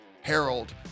Harold